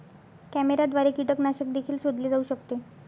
कॅमेऱ्याद्वारे कीटकनाशक देखील शोधले जाऊ शकते